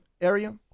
area